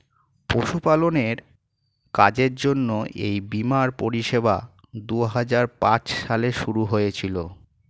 পশুপালনের কাজের জন্য এই বীমার পরিষেবা দুহাজার পাঁচ সালে শুরু হয়েছিল